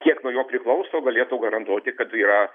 kiek nuo jo priklauso galėtų garantuoti kad yra